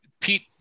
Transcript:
Pete